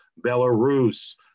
Belarus